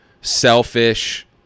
selfish